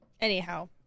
anyhow